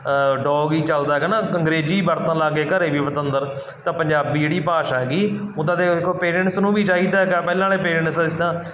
dog ਹੀ ਚੱਲਦਾ ਕੇ ਨਾ ਅੰਗਰੇਜ਼ੀ ਵਰਤਣ ਲੱਗ ਗਏ ਘਰ ਵੀ ਪਤੰਦਰ ਤਾਂ ਪੰਜਾਬੀ ਜਿਹੜੀ ਭਾਸ਼ਾ ਹੈਗੀ ਉੱਦਾਂ ਤਾਂ ਦੇਖੋ ਪੇਰੈਂਟਸ ਨੂੰ ਵੀ ਚਾਹੀਦਾ ਹੈਗਾ ਪਹਿਲਾਂ ਵਾਲੇ ਪੇਰੈਂਟਸ ਜਿਸ ਤਰ੍ਹਾਂ